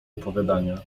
opowiadania